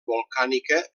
volcànica